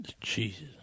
Jesus